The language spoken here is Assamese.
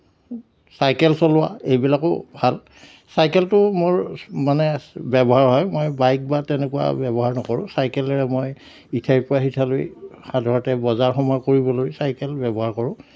চাইকেল চলোৱা এইবিলাকো ভাল চাইকেলতো মোৰ মানে ব্যৱহাৰ হয় মই বাইক বা তেনেকুৱা ব্যৱহাৰ নকৰোঁ চাইকেলেৰে মই ইঠাইৰ পৰা সিঠাইলৈ সাধাৰণতে বজাৰ সমাৰ কৰিবলৈ চাইকেল ব্যৱহাৰ কৰোঁ